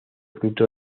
fruto